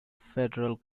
federal